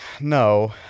No